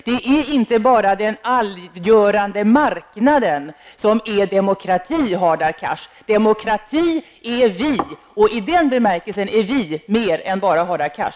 Det är inte den allgörande marknaden som är demokrati, Hadar Cars. Demokrati är vi, och i den bemärkelsen är vi mer än bara Hadar Cars.